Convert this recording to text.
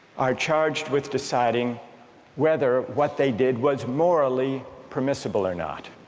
are charged with deciding whether what they did was morally permissible or not.